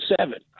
seven